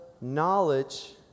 knowledge